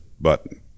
button